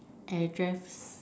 address